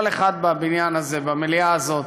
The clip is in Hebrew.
כל אחד בבניין הזה, במליאה הזאת,